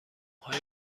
های